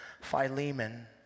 Philemon